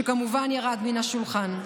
שכמובן ירד מן השולחן.